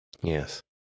Yes